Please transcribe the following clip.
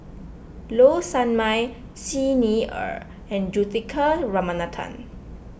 Low Sanmay Xi Ni Er and Juthika Ramanathan